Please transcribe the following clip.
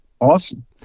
Awesome